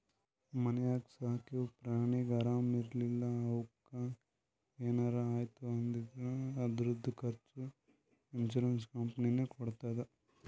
ಮನ್ಯಾಗ ಸಾಕಿವ್ ಪ್ರಾಣಿಗ ಆರಾಮ್ ಇರ್ಲಿಲ್ಲಾ ಅವುಕ್ ಏನರೆ ಆಯ್ತ್ ಅಂದುರ್ ಅದುರ್ದು ಖರ್ಚಾ ಇನ್ಸೂರೆನ್ಸ್ ಕಂಪನಿನೇ ಕೊಡ್ತುದ್